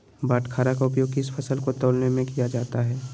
बाटखरा का उपयोग किस फसल को तौलने में किया जाता है?